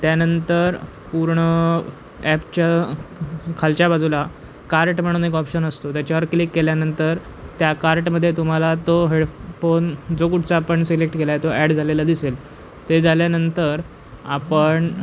त्यानंतर पूर्ण ॲपच्या खालच्या बाजूला कार्ट म्हणून एक ऑप्शन असतो त्याच्यावर क्लिक केल्यानंतर त्या कार्टमध्ये तुम्हाला तो हेडफोन जो कुठचा आपण सिलेक्ट केला आहे तो ॲड झालेला दिसेल ते झाल्यानंतर आपण